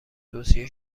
توصیه